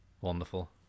Wonderful